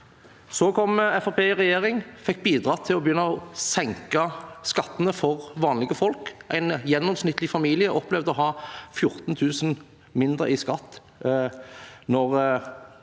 i regjering og fikk bidratt til å begynne å senke skattene for vanlige folk. En gjennomsnittlig familie opplevde å ha 14 000 kr mindre i skatt